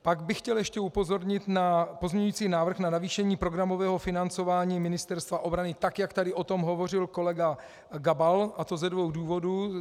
Pak bych chtěl ještě upozornit na pozměňující návrh na navýšení programového financování Ministerstva obrany, tak jak tady o tom hovořil kolega Gabal, a to ze dvou důvodu.